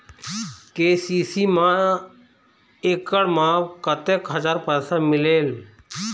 KCC मा एकड़ मा कतक हजार पैसा मिलेल?